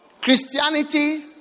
Christianity